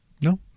no